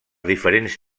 diferents